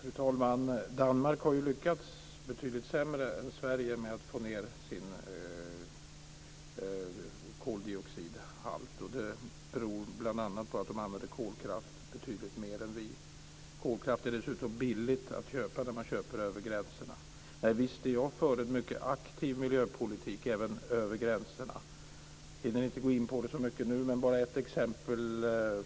Fru talman! Danmark har ju lyckats betydligt sämre än Sverige med att få ned sin koldioxidhalt. Det beror bl.a. på att de där använder kolkraft betydligt mer än vi. Kolkraft är dessutom billig när man köper över gränserna. Jag är visst för en mycket aktiv miljöpolitik även över gränserna. Jag hinner inte gå in så mycket på det nu. Jag ska bara ta upp ett exempel.